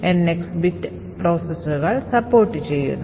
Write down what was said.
NX bit പ്രോസസ്സറുകൾ support ചെയ്യുന്നു